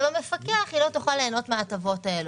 המפקח ואז היא לא תוכל ליהנות מההטבות האלה.